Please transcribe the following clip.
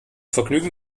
vergnügen